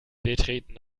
betreten